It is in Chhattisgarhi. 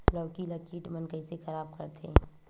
लौकी ला कीट मन कइसे खराब करथे?